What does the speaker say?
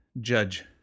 judge